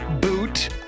boot